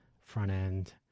front-end